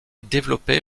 développé